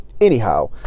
anyhow